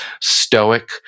stoic